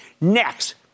Next